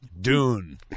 Dune